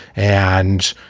and,